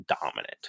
dominant